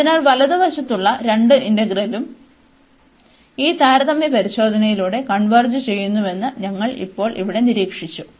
അതിനാൽ വലതുവശത്തുള്ള രണ്ട് ഇന്റഗ്രലുകളും ഈ താരതമ്യ പരിശോധനയിലൂടെ കൺവേർജ് ചെയ്യുന്നുവെന്ന് ഞങ്ങൾ ഇപ്പോൾ ഇവിടെ നിരീക്ഷിച്ചു